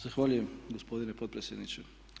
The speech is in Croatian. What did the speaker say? Zahvaljujem gospodine potpredsjedniče.